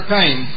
time